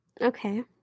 Okay